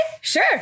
sure